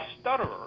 stutterer